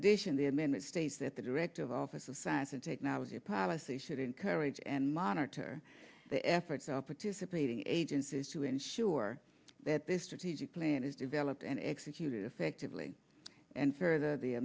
addition the admin it states that the director of office of science and technology policy should encourage and monitor the efforts are participating agencies to ensure that their strategic plan is developed and executed effectively and for the